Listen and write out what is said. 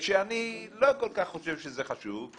וכשאני לא כל כך חושב שזה חשוב,